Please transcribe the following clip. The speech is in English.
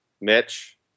Mitch